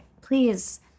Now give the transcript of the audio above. please